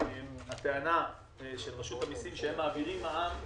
הטענה של רשות המסים שהם מעבירים מע"מ,